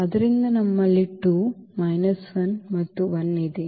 ಆದ್ದರಿಂದ ನಮ್ಮಲ್ಲಿ 2 ಮೈನಸ್ 1 ಮತ್ತು 1 ಇದೆ